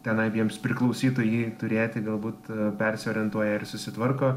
tenai jiems priklausytų jį turėti galbūt persiorientuoja ir susitvarko